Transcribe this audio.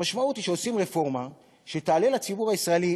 המשמעות היא שעושים רפורמה שתעלה לציבור הישראלי